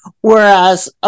whereas